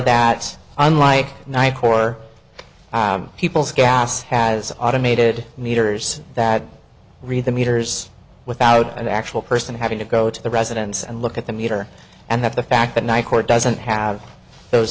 that unlike nyc or peoples gas has automated meters that read the meters without an actual person having to go to the residence and look at the meter and the fact that night court doesn't have those